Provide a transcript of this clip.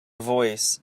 voice